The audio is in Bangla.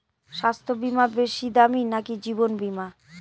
স্বাস্থ্য বীমা বেশী দামী নাকি জীবন বীমা?